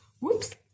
Whoops